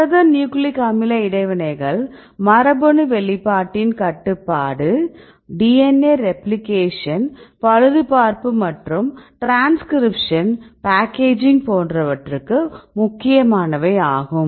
புரத நியூக்ளிக் அமில இடைவினைகள் மரபணு வெளிப்பாட்டின் கட்டுப்பாடு DNA ரெப்ளிகேஷன் பழுதுபார்ப்பு மற்றும் டிரான்ஸ்கிரிப்ஷன் பேக்கேஜிங் போன்றவற்றுக்கு முக்கியமானவை ஆகும்